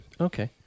Okay